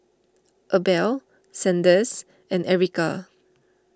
Abel Sanders and Ericka